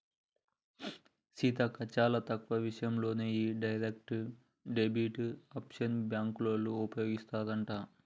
సీతక్క చాలా తక్కువ విషయాల్లోనే ఈ డైరెక్ట్ డెబిట్ ఆప్షన్ బ్యాంకోళ్ళు ఉపయోగిస్తారట